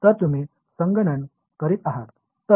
तर तुम्ही संगणन करीत आहात